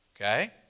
Okay